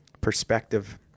Perspective